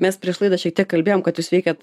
mes prieš laidą šiek tiek kalbėjom kad jūs veikiat